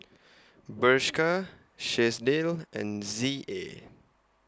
Bershka Chesdale and Z A